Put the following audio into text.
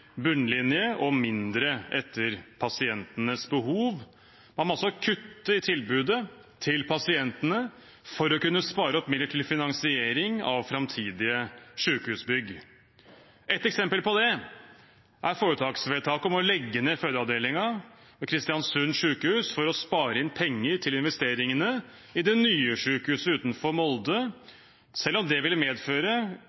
bunnlinjen og mindre etter pasientenes behov. Man må kutte i tilbudet til pasientene for å kunne spare opp midler til finansiering av framtidige sykehusbygg. Et eksempel på det er foretaksvedtaket om å legge ned fødeavdelingen ved Kristiansund sykehus for å spare inn penger til investeringene i det nye sykehuset utenfor